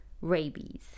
rabies